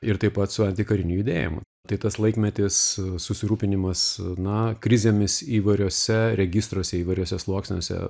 ir taip pat su antikariniu judėjimu tai tas laikmetis susirūpinimas na krizėmis įvairiuose registruose įvairiuose sluoksniuose